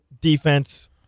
defense